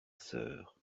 sœur